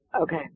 Okay